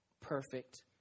perfect